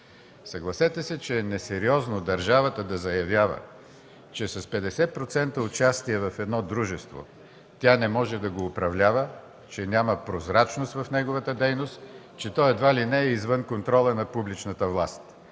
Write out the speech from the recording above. Съгласете се, че е несериозно държавата да заявява, че с 50% участие в едно дружество тя не може да го управлява, че няма прозрачност в неговата дейност, че то едва ли не е извън контрола на публичната власт,